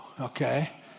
Okay